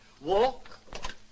walk